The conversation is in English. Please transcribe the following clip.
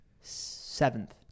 Seventh